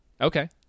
Okay